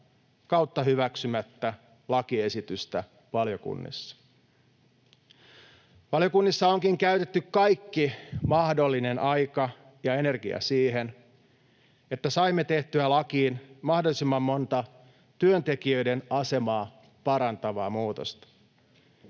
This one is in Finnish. puoltamatta/hyväksymättä lakiesitystä valiokunnissa. Valiokunnissa onkin käytetty kaikki mahdollinen aika ja energia siihen, että saimme tehtyä lakiin mahdollisimman monta työntekijöiden asemaa parantavaa muutosta.